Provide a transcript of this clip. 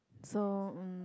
so um